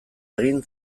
egin